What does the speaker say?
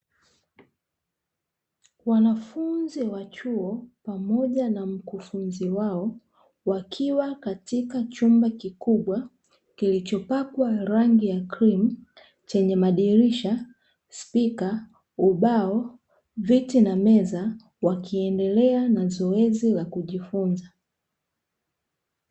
Wanafunzi wa chuo pamoja na mkufunzi wao wakiwa katika chumba kikubwa kilichopakwa rangi ya krimu, chenye madirisha, spika, ubao, viti na meza, wakiendelea na zoezi la kujifunza.